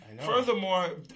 furthermore